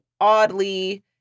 oddly